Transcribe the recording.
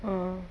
ah